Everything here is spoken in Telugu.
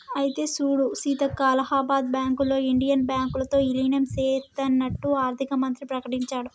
అయితే సూడు సీతక్క అలహాబాద్ బ్యాంకులో ఇండియన్ బ్యాంకు తో ఇలీనం సేత్తన్నట్టు ఆర్థిక మంత్రి ప్రకటించాడు